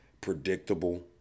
predictable